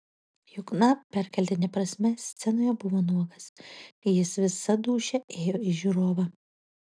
jukna perkeltine prasme scenoje buvo nuogas jis visa dūšia ėjo į žiūrovą